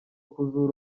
kuzura